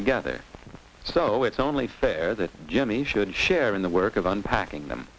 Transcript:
together so it's only fair that jimmy should share in the work of unpacking them